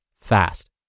fast